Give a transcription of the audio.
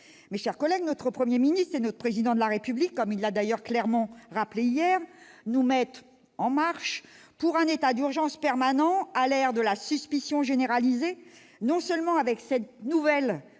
mes chers collègues, le Premier ministre et le Président de la République- ce dernier l'a clairement rappelé hier -nous mettent « en marche » pour un état d'urgence permanent, à l'ère de la suspicion généralisée, non seulement avec cette nouvelle prolongation